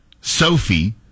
Sophie